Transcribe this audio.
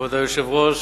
כבוד היושב-ראש,